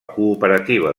cooperativa